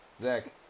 Zach